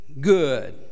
good